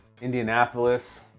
Indianapolis